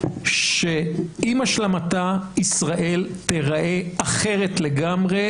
שעם השלמתה ישראל תיראה אחרת לגמרי,